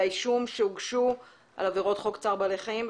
האישום שהוגשו על עבירות צער בעלי חיים,